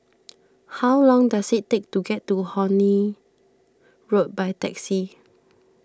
how long does it take to get to Horne Road by taxi